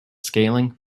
scaling